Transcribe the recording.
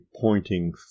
pointing